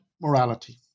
morality